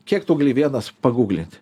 kiek tu gali vienas paguglint